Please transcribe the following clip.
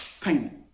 payment